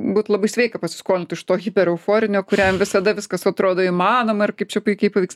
būt labai sveika pasiskolint iš to hipereuforinio kuriam visada viskas atrodo įmanoma ir kaip čia puikiai pavyks